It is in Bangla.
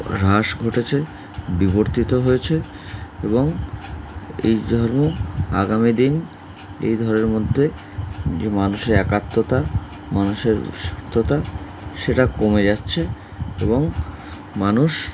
হ্রাস ঘটেছে বিবর্তিত হয়েছে এবং এই ধর্ম আগামী দিন এই ধরনের মধ্যে যে মানুষের একাত্মতা মানুষের সাত সেটা কমে যাচ্ছে এবং মানুষ